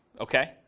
okay